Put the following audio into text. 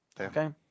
okay